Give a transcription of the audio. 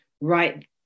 right